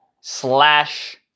slash